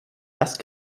best